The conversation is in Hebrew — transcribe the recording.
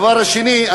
הדבר השני,